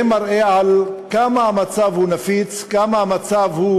זה מראה כמה המצב הוא נפיץ, כמה המצב הוא